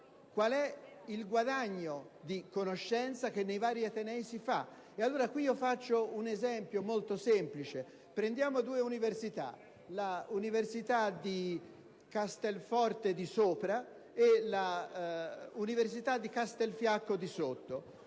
qual è il guadagno di conoscenza che si realizza nei vari atenei. Faccio un esempio molto semplice. Prendiamo due università, l'università di Castelforte di Sopra e l'università di Castelfranco di Sotto: